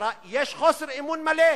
יש חוסר אמון מלא.